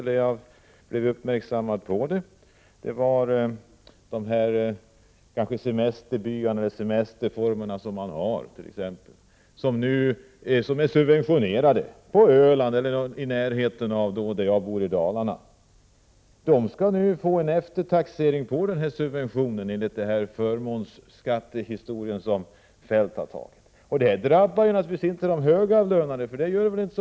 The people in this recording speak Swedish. Det gäller den subventionerade vistelsen t.ex i en semesterby på Öland eller i närheten av min hemort i Dalarna. De som utnyttjat möjligheten till en sådan subventionerad semestervistelse kommer nu att få en eftertaxering enligt den förmånsbeskattning som finansminister Feldt har föreslagit. Detta gör inte så mycket för de högavlönade.